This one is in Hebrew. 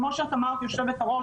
כמו שאת אמרת יושבת-הראש,